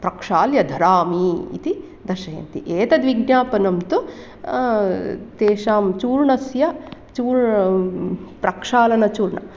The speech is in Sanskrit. प्रक्षाल्य धरामि इति दर्शयन्ति एतद् विज्ञापनं तु तेषां चूर्णस्य चूर् प्रक्षालनचूर्णम्